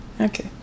Okay